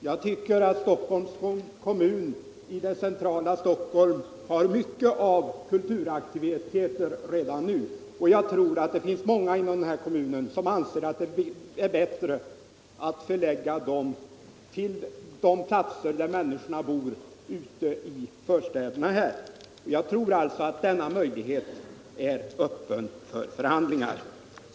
Jag tycker att det i centrala Stockholm finns mycket av kulturaktiviteter redan nu, och det är säkert många i den här kommunen som anser att det är bättre att förlägga dessa aktiviteter till de platser ute i förorterna där människorna bor. Jag tror alltså att denna möjlighet är öppen för förhandlingar.